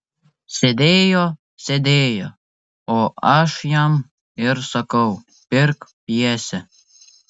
sėdėjo sėdėjo o aš jam ir sakau pirk pjesę